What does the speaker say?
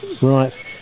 Right